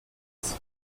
face